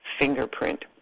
fingerprint